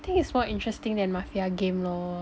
I think it's more interesting than Mafia game lor